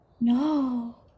No